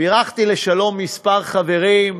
בירכתי לשלום כמה חברים,